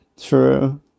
True